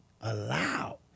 allowed